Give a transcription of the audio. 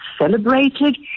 celebrated